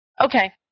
Okay